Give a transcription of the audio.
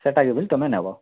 ସେଟାକୁ ବି ତୁମେ ନେବ